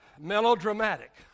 melodramatic